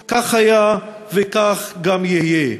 כך היה, וכך גם יהיה.